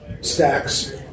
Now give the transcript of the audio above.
stacks